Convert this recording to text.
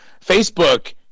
Facebook